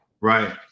right